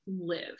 live